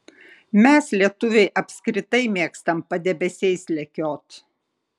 mes lietuviai apskritai mėgstam padebesiais lekiot